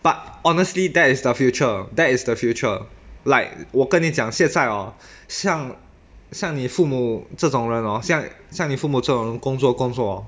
but honestly that is the future that is the future like 我跟你讲现在哦像像你父母这种人 hor 像你父母这种工作工作 hor